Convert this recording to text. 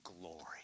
glory